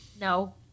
No